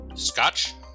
Scotch